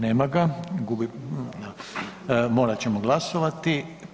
Nema ga, morat ćemo glasovati.